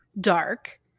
dark